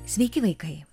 sveiki vaikai